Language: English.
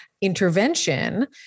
intervention